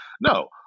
no